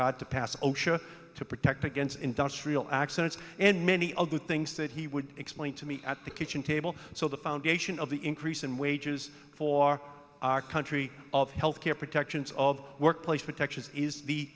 hard to pass osha to protect against industrial accidents and many other things that he would explain to me at the kitchen table so the foundation of the increase in wages for our country of health care protections of workplace protections is the